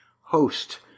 host